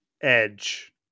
edge